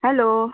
hello